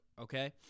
Okay